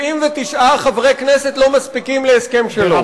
79 חברי כנסת לא מספיקים להסכם שלום.